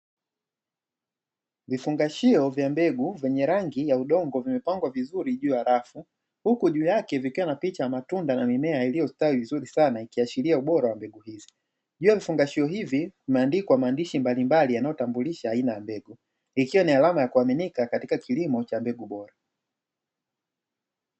Vifungashio vya mbegu vyenye rangi ya udongo vimepangwa vizuri juu ya rafu, huku juu yake vikiwa na picha ya matunda na mimea iliyostawi vizuri sana, ikiashiria ubora wa mbegu hizi juu ya vifungashio hivi imeandikwa maandishi mbalimbali yanayotambulisha aina ya mbegu, ikiwa ni alama ya kuaminika katika kilimo cha mbegu bora.